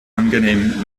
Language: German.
angenehm